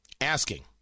Asking